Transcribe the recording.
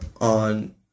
on